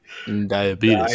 diabetes